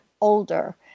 older